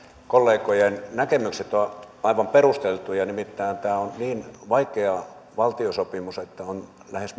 kollegojen näkemykset ovat aivan perusteltuja nimittäin tämä on niin vaikea valtiosopimus että on lähes